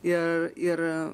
ir ir